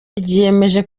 ryiyemeje